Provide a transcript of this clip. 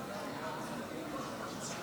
אתה יודע להגיד לי כמה זמן?